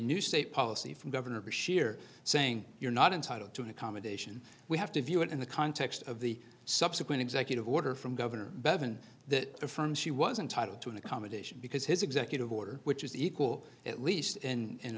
new state policy from governor bush here saying you're not entitled to an accommodation we have to view it in the context of the subsequent executive order from governor bev and that affirms she wasn't titled to an accommodation because his executive order which is equal at least in